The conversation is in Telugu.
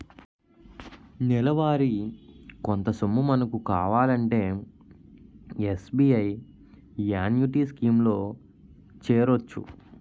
నెలవారీ కొంత సొమ్ము మనకు కావాలంటే ఎస్.బి.ఐ యాన్యుటీ స్కీం లో చేరొచ్చు